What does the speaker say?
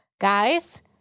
guys